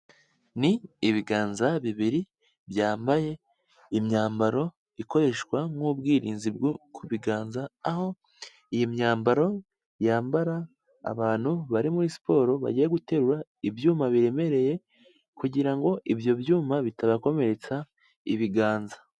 Ni ibiganza bibiri byambaye imyambaro ikoreshwa nk'ubwirinzi bwo ku biganza, aho iyi myambaro yambara abantu bari muri siporo bagiye guterura ibyuma biremereye kugira ngo ibyo byuma bitabakomeretsa ibiganza.